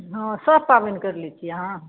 हँ सभ पाबनि करि लै छियै अहाँ